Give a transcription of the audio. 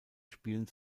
spielen